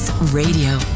Radio